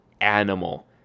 animal